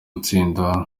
gutsinda